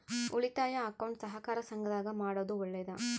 ಉಳಿತಾಯ ಅಕೌಂಟ್ ಸಹಕಾರ ಸಂಘದಾಗ ಮಾಡೋದು ಒಳ್ಳೇದಾ?